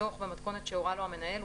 דוח במתכונת שהורה לו המנהל,